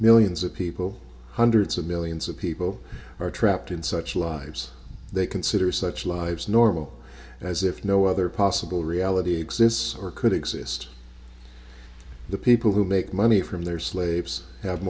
millions of people hundreds of millions of people are trapped in such lives they consider such lives normal as if no other possible reality exists or could exist the people who make money from their slaves have